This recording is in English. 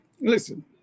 listen